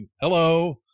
Hello